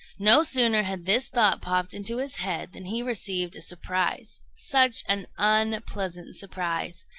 no sooner had this thought popped into his head than he received a surprise, such an unpleasant surprise!